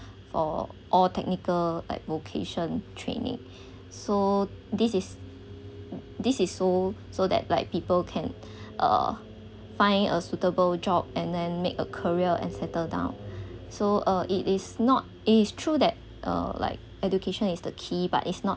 for all technical like vocation training so this is this is so so that like people can uh find a suitable job and then make a career and settle down so uh it is not it is true that uh like education is the key but it's not